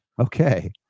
Okay